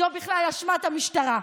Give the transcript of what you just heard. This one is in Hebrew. זה בכלל אשמת המשטרה,